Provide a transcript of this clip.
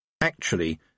Actually